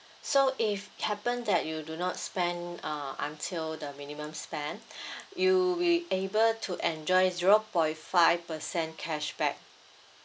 so if happen that you do not spend uh until the minimum spend you will able to enjoy zero point five percent cashback